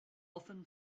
often